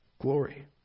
glory